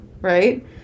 right